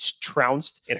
trounced